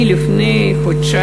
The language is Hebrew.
אני, לפני חודשיים,